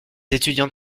étudiants